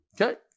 Okay